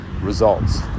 results